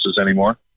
anymore